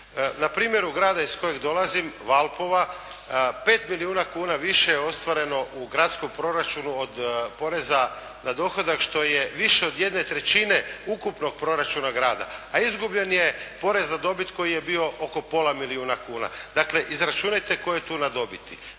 Na primjeru grada iz kojeg dolazim, Valpova, 5 milijuna kuna više je ostvareno u gradskom proračunu od poreza na dohodak što je više od 1/3 ukupnog proračuna grada, a izgubljen je porez na dobit koji je bio oko pola milijuna kuna. Dakle, izračunajte tko je tu na dobiti?